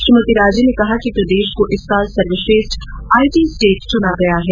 श्रीमती राजे ने कहा कि प्रदेश को इस साल सर्वश्रेष्ठ आईटी स्टेट चुना गया है